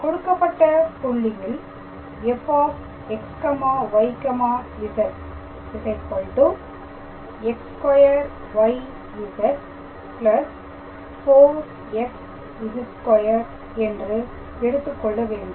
கொடுக்கப்பட்ட புள்ளியில் fxyz x2yz 4xz2 என்று எடுத்துக் கொள்ள வேண்டும்